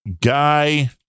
guy